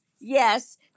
Yes